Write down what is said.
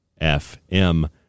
FM